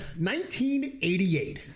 1988